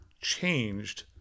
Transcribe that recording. changed